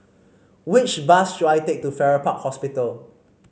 which bus should I take to Farrer Park Hospital